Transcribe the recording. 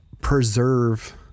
preserve